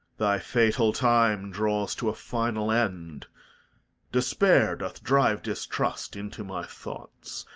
thy fatal time draws to a final end despair doth drive distrust into my thoughts